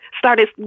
started